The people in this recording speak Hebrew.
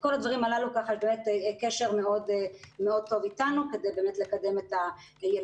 בכל הדברים הללו יש באמת קשר מאוד טוב אתנו כדי לקדם את הילדים,